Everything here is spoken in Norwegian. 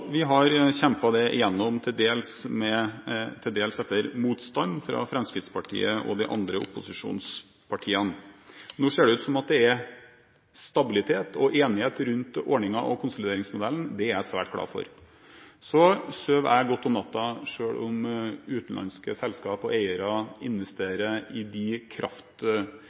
de andre opposisjonspartiene. Nå ser det ut til at det er stabilitet og enighet omkring ordningen og konsolideringsmodellen. Det er jeg svært glad for. Jeg sover godt om natta, selv om utenlandske selskap og eiere investerer i de